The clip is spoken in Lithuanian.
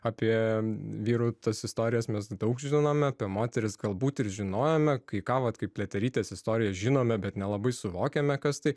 apie vyrų tas istorijas mes daug žinome apie moteris galbūt ir žinojome kai ką vat kaip pliaterytės istoriją žinome bet nelabai suvokiame kas tai